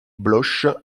bloche